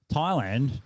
Thailand